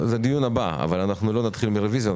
אבל לא נתחיל מרביזיות,